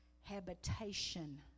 habitation